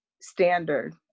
standard